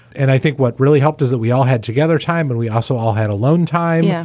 and i think what really helped is that we all had together time and we also all had alone time.